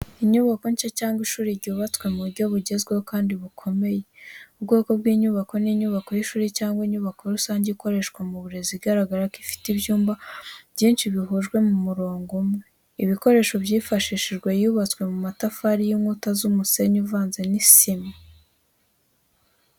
Inyubako nshya cyangwa ishuri ryubatswe mu buryo bugezweho kandi bukomeye. Ubwoko bw’inyubako ni inyubako y’ishuri cyangwa inyubako rusange ikoreshwa mu burezi igaragara ko ifite ibyumba byinshi bihujwe mu murongo umwe. Ibikoresho byifashishijwe yubatswe mu matafari y’inkuta z’umusenyi uvanze n’isima.